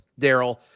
Daryl